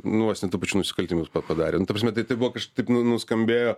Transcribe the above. nu vos ne tu pačiu nusikaltimus padarė nu ta prasme tai tai buvo taip nuskambėjo